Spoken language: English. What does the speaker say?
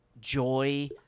joy